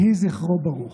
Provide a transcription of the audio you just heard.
יהי זכרו ברוך.